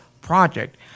project